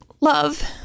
love